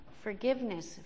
Forgiveness